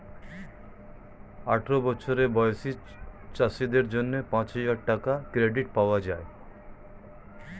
আঠারো বছর বয়সী চাষীদের জন্য পাঁচহাজার টাকার ক্রেডিট পাওয়া যায়